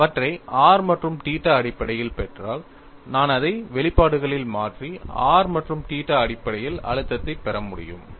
நான் அவற்றை r மற்றும் θ அடிப்படையில் பெற்றால் நான் அதை வெளிப்பாடுகளில் மாற்றி r மற்றும் θ அடிப்படையில் அழுத்தத்தைப் பெற முடியும்